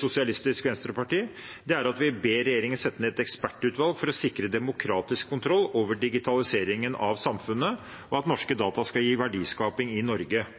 Sosialistisk Venstreparti. Vi ber regjeringen sette ned et ekspertutvalg for å sikre demokratisk kontroll over digitaliseringen av samfunnet, og at norske data skal gi verdiskaping i Norge –